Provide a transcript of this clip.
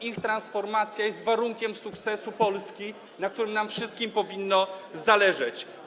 Ich transformacja jest warunkiem sukcesu Polski, na którym nam wszystkim powinno zależeć.